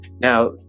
Now